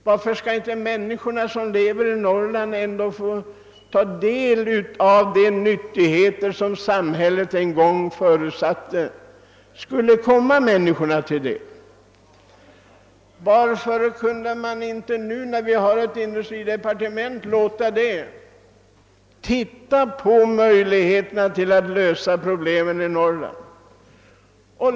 Varför skall inte de människor som lever i Norrland få del i de nyttigheter som samhället en gång förutsatte skulle komma människorna till del? Varför kan man inte nu när vi har ett industridepartement låta det undersöka möjligheterna att lösa problemen i Norrland?